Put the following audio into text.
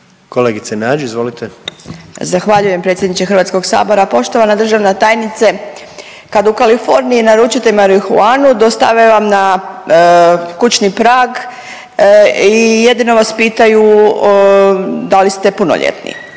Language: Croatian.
(Socijaldemokrati)** Zahvaljujem predsjedniče HS-a. Poštovana državna tajnice. Kad u Kaliforniji naručite marihuanu dostave vam na kućni prag i jedino vas pitaju da li ste punoljetni.